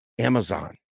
Amazon